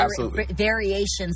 variations